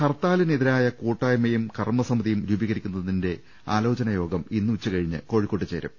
ഹർത്താലിനെതിരായ കൂട്ടായ്മയും കർമസമിതിയും രൂപീകരിക്കു ന്നതിന്റെ ആലോചനായോഗം ഇന്ന് ഉച്ചകഴിഞ്ഞ് കോഴിക്കോട്ട് ചേരും